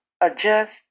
adjust